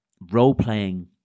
role-playing